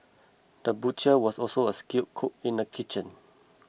the butcher was also a skilled cook in the kitchen